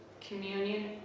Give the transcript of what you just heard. communion